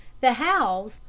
the howes,